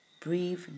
breathe